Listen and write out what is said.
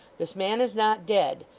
this man is not dead,